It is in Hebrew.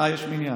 אה, יש מניין.